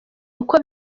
uko